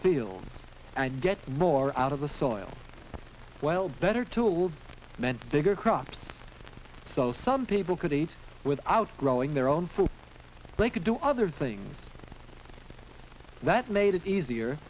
fields and get more out of the soil well better tools meant bigger crops so some people could eat without growing their own food they could do other things that made it easier